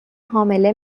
حامله